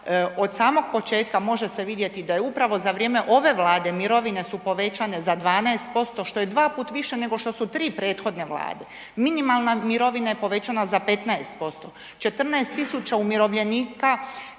od samog početka može se vidjeti da je upravo za vrijeme ove Vlade mirovine su povećane za 12%, što je 2 puta više nego što su 3 prethodne vlade. Minimalna mirovina je povećana za 15%, 14 tisuća umirovljenika